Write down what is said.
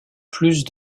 plus